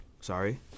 Sorry